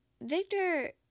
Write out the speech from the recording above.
Victor